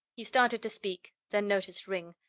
he started to speak, then noticed ringg.